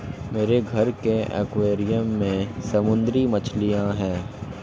मेरे घर के एक्वैरियम में समुद्री मछलियां हैं